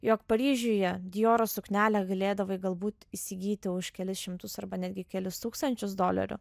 jog paryžiuje dioro suknelę galėdavai galbūt įsigyti už kelis šimtus arba netgi kelis tūkstančius dolerių